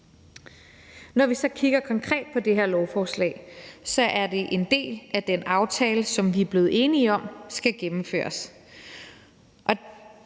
Når vi så kigger konkret på det her lovforslag, er det en del af den aftale, som vi er blevet enige om skal gennemføres,